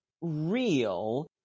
real